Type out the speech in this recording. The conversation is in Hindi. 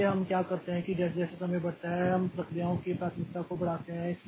इसलिए हम क्या करते हैं कि जैसे जैसे समय बढ़ता है हम प्रक्रियाओं की प्राथमिकता को बढ़ाते हैं